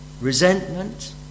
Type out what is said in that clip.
resentment